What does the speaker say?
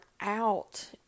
out